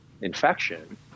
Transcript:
infection